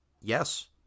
Yes